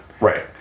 right